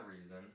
reason